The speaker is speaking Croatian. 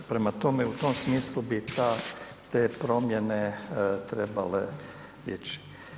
Prema tome, u tom smislu bi te promjene trebale ići.